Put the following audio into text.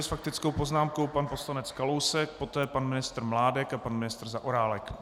S faktickou poznámkou pan poslanec Kalousek, poté pan ministr Mládek a pan ministr Zaorálek.